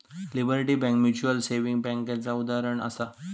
liberty Bank Mutual Saving बैंकेचा उदाहरणं आसा